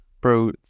Bro